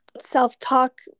self-talk